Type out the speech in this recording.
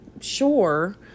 sure